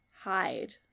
hide